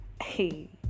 Hey